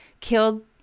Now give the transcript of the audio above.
killed